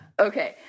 Okay